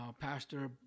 Pastor